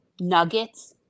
nuggets